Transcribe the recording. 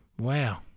Wow